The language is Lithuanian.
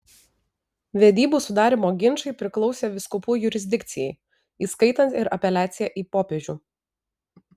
vedybų sudarymo ginčai priklausė vyskupų jurisdikcijai įskaitant ir apeliaciją į popiežių